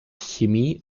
chemie